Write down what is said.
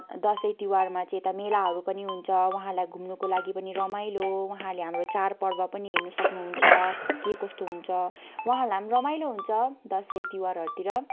दसैँ तिहारमा चाहिँ यता मेलाहरू पनि हुन्छ उहाँहरलाई घुम्नुको लागि पनि रमाइलो उहाँहरूले हाम्रो चाड पर्व पनि हेर्नु सक्नुहुन्छ के कस्तो हुन्छ उहाँहरूलाई पनि रमाइलो हुन्छ दसैँ तिहारहरूतिर